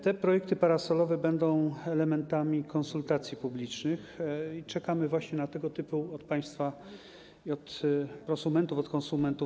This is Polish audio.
Te projekty parasolowe będą elementami konsultacji publicznych i czekamy właśnie na tego typu uwagi od państwa i od prosumentów, od konsumentów.